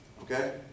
Okay